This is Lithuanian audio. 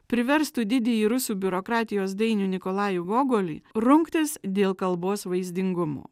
priverstų didįjį rusų biurokratijos dainių nikolajų gogolį rungtis dėl kalbos vaizdingumo